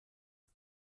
spp